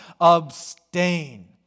Abstain